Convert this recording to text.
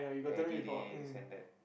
everyday this and that